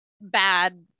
bad